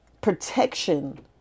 protection